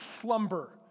slumber